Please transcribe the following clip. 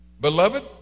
Beloved